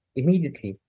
immediately